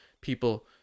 people